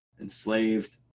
Enslaved